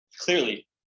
clearly